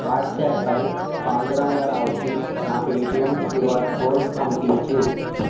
WhatsApp పై పాండురంగా రావుకి నా పేటిఎమ్ క్యూఆర్ కోడ్ పంపించు